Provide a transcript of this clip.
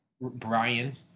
Brian